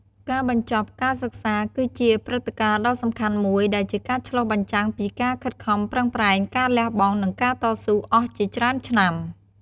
ការបញ្ចប់ការសិក្សាគឺជាព្រឹត្តិការណ៍ដ៏សំខាន់មួយ ដែលជាការឆ្លុះបញ្ចាំងពីការខិតខំប្រឹងប្រែង ការលះបង់ និងការតស៊ូអស់ជាច្រើនឆ្នាំ។